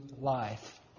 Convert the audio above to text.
life